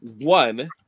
one